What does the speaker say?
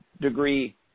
degree